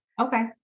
Okay